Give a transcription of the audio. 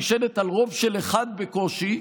נשענת על רוב של אחד בקושי,